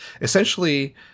Essentially